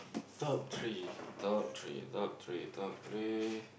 top three top three top three top three